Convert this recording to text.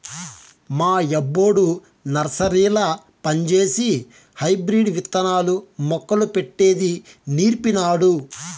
మా యబ్బొడు నర్సరీల పంజేసి హైబ్రిడ్ విత్తనాలు, మొక్కలు పెట్టేది నీర్పినాడు